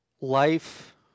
Life